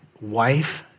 Wife